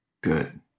good